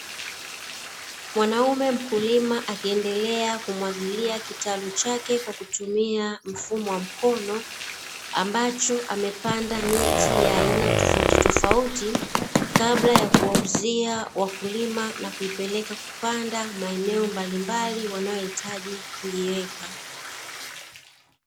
Mwanaume mkulima akiendelea kumwagilia kitalu chake kwa kutumia mfumo wa mkono, ambacho amepanda miti ya aina tofautitofauti kabla ya kuwauzia wakulima, na kuipeleka kupanda maeneo mbalimbali wanayohitaji kuiweka.